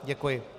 Děkuji.